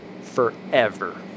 forever